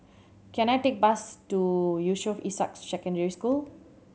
can I take bus to Yusof Ishak Secondary School